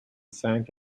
sank